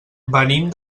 venim